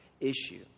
issue